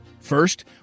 First